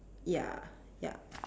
ya ya